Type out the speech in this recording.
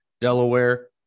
Delaware